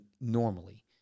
normally